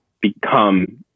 become –